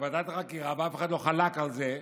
שוועדת החקירה, ואף אחד לא חלק על זה,